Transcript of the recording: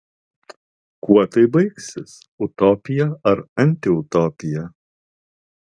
kuo tai baigsis utopija ar antiutopija